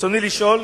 רצוני לשאול: